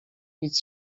idź